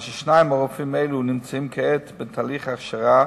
ושניים מהרופאים האלה הם כעת בתהליך הכשרה